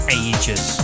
ages